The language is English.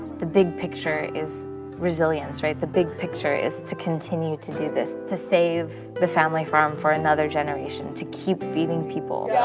the big picture is resilience. the big picture is to continue to do this to save the family farm for another generation, to keep feeding people.